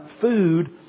food